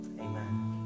Amen